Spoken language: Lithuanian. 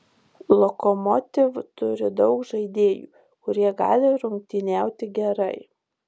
lokomotiv turi daug žaidėjų kurie gali rungtyniauti gerai